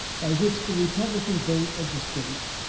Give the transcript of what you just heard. by which the republican vote of the state,